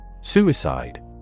Suicide